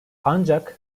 ancak